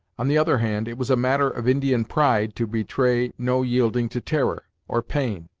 on the other hand, it was a matter of indian pride to betray no yielding to terror, or pain,